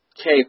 Okay